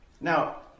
Now